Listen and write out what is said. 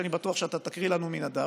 שאני בטוח שתקריא לנו מן הדף.